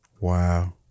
wow